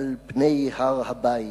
על פני הר-הבית,